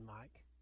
Mike